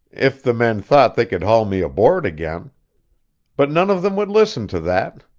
if the men thought they could haul me aboard again but none of them would listen to that,